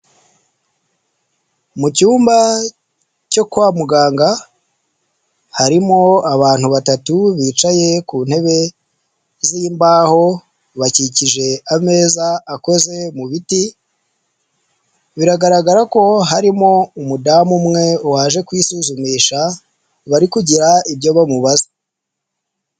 Mu cyumba cyo kwa muganga harimo abantu batatu bicaye ku ntebe z'imbaho bakikije ameza akoze mu biti, biragaragara ko harimo umudamu umwe waje kwisuzumisha bari kugira ibyo bamubaza.